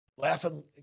laughing